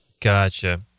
Gotcha